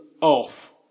off